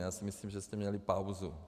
Já si myslím, že jste měli pauzu.